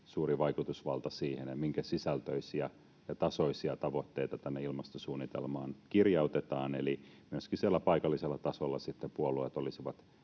suuri vaikutusvalta siihen, minkä sisältöisiä ja tasoisia tavoitteita tänne ilmastosuunnitelmaan kirjautetaan. Eli myöskin siellä paikallisella tasolla sitten puolueet olisivat